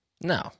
No